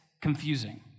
confusing